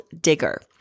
digger